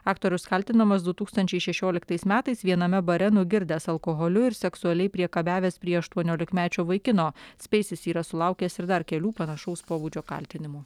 aktorius kaltinamas du tūkstančiai šešioliktais metais viename bare nugirdęs alkoholiu ir seksualiai priekabiavęs prie aštuoniolikmečio vaikino speisis yra sulaukęs ir dar kelių panašaus pobūdžio kaltinimų